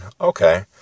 Okay